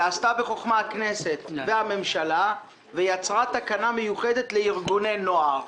עשו בחוכמה הכנסת והממשלה ויצרו תקנה מיוחדת לארגוני נוער.